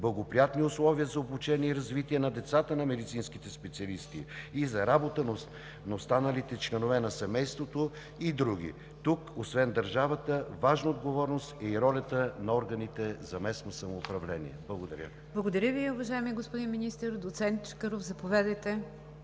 благоприятни условия за обучение и развитие на децата на медицинските специалисти, за работа на останалите членове на семейството и други. Тук, освен държавата, важна отговорност и роля имат органите за местно самоуправление. Благодаря Ви. ПРЕДСЕДАТЕЛ НИГЯР ДЖАФЕР: Благодаря Ви, уважаеми господин Министър. Доцент Чакъров, заповядайте